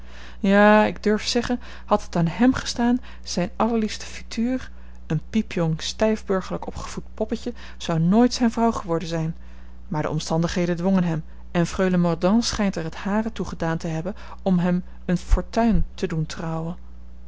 ja ik durf zeggen had het aan hem gestaan zijne allerliefste future een piepjong stijfburgerlijk opgevoed poppetje zou nooit zijne vrouw geworden zijn maar de omstandigheden dwongen hem en freule mordaunt schijnt er het hare toe gedaan te hebben om hem eene fortuin te doen trouwen